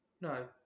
No